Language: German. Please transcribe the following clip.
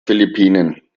philippinen